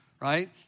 Right